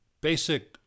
basic